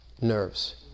nerves